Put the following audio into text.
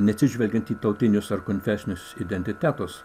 neatsižvelgiant į tautinius ar konfesinius identitetus